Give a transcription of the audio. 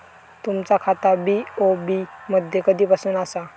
तुमचा खाता बी.ओ.बी मध्ये कधीपासून आसा?